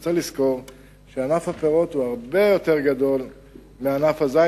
יש לזכור שענף הפירות הוא הרבה יותר גדול מענף הזית.